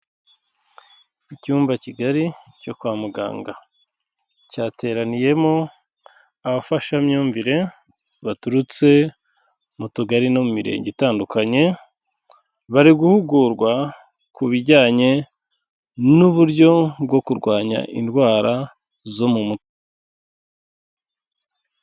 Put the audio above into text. Icyumba kigari cyo kwa muganga. Cyateraniyemo abafashamyumvire baturutse mu tugari no mu mirenge itandukanye, bari guhugurwa ku bijyanye n'uburyo bwo kurwanya indwara zo mu mutwe.